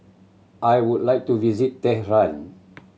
I would like to visit Tehran